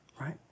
right